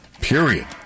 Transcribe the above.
period